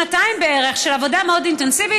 אחרי שנתיים בערך של עבודה מאוד אינטנסיבית,